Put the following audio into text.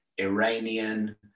Iranian